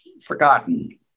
forgotten